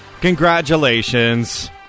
congratulations